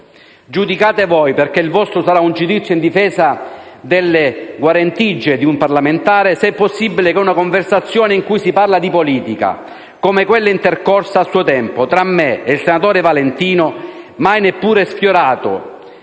Giudicate voi, perché il vostro sarà un giudizio in difesa delle guarentigie di un parlamentare, se è possibile che una conversazione in cui si parla di politica, come quella intercorsa a suo tempo tra me e il senatore Valentino, mai neppure sfiorato